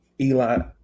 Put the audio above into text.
Eli